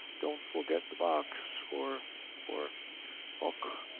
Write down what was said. don't forget the box for for och,